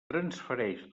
transfereix